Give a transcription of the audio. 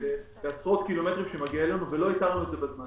בעשרות קילומטרים שמגיע אלינו ולא איתרנו את זה בזמן.